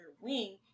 wing